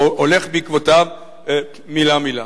הולך בעקבותיו מלה-מלה.